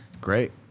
Great